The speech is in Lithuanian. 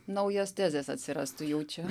naujos tezės atsirastų jaučiu